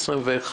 2021,